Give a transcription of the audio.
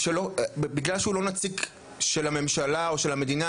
בגלל שהוא לא נציג של הממשלה או של המדינה,